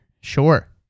sure